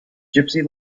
gypsy